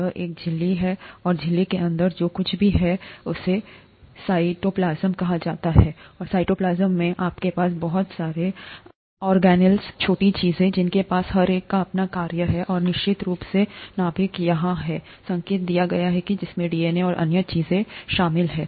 यह एक झिल्ली है और झिल्ली के अंदर जो कुछ भी है उसे साइटोप्लाज्म कहा जाता है और साइटोप्लाज्म में आपके पास बहुत सारे ऑर्गेनेल छोटी चीजें हैं जिनके पास हर एक का अपना कार्य है और निश्चित रूप से नाभिक यहां है संकेत दिया गया यहां जिसमें डीएनए और अन्य चीजें शामिल हैं